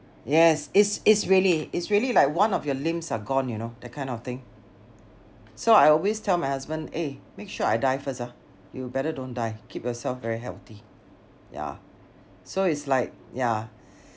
yes it's it's really it's really like one of your limbs are gone you know that kind of thing so I always tell my husband eh make sure I die first ah you better don't die keep yourself very healthy ya so it's like ya